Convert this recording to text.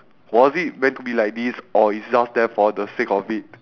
was it meant to be like this or it's just there for the sake of it